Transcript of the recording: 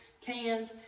cans